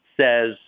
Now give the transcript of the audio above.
says